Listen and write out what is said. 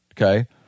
Okay